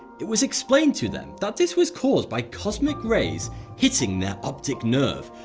it was explained to them that this was caused by cosmic rays hitting their optic nerve,